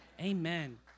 Amen